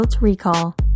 Recall